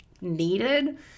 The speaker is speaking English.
needed